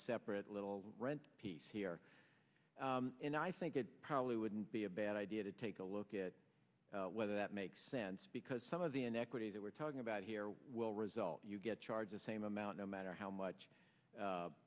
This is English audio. separate little rent piece here and i think it probably wouldn't be a bad idea to take a look at whether that makes sense because some of the inequities that we're talking about here will result you get charged the same amount no matter how much